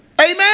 Amen